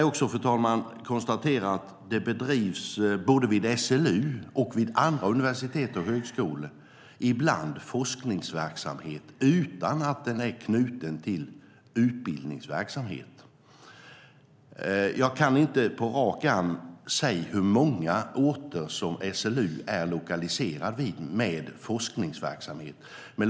Både vid SLU och vid andra universitet och högskolor bedrivs ibland forskning utan att den är knuten till utbildningsverksamhet. Jag kan inte på rak arm säga hur många orter SLU har forskningsverksamhet på.